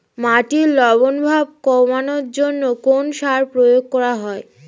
মাটির লবণ ভাব কমানোর জন্য কোন সার প্রয়োগ করা হয়?